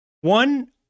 one